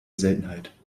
seltenheit